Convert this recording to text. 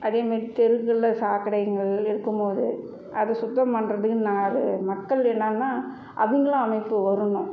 அதேமாரி தெருக்கள்ல சாக்கடைகள் இருக்கும்போது அதை சுத்தம் பண்ணுறதுக்கு மக்கள் என்னன்னா அவங்களும் அமைப்பு வரணும்